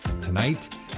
tonight